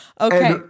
okay